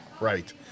right